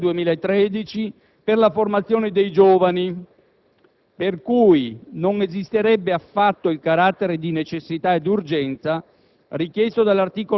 dal 2007 al 2013, per la formazione dei giovani, per cui non esisterebbe affatto il carattere di necessità e urgenza